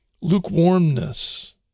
lukewarmness